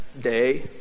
day